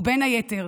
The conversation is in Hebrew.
ובין היתר